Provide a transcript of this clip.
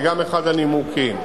זה גם אחד הנימוקים.